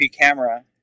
camera